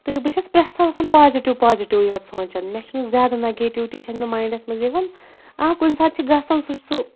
تہٕ بہٕ چھَس پرٛٮ۪تھ ساتہٕ آسان پازِٹِو پازِٹِوٕے یوت سونٛچان مےٚ چھُنہٕ زیادٕ نَگیٹِوِٹی چھَنہٕ مےٚ مایِنٛڈَس منٛز یِوان آ کُنہِ ساتہٕ چھِ گژان سُہ چھِ سُہ